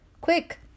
quick